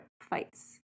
fights